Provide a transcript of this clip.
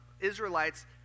Israelites